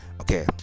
okay